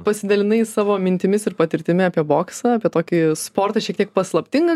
pasidalinai savo mintimis ir patirtimi apie boksą apie tokį sportą šiek tiek paslaptingą